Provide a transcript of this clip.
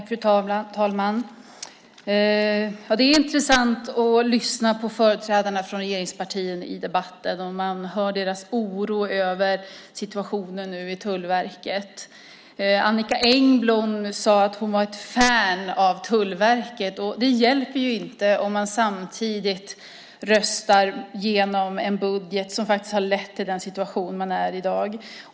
Fru talman! Det är intressant att lyssna på företrädarna för regeringspartierna i debatten. Man hör deras oro över situationen i Tullverket. Annicka Engblom sade att hon var ett fan av Tullverket. Det hjälper ju inte om man samtidigt röstar igenom en budget som faktiskt har lett till den situation vi har i dag.